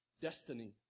destiny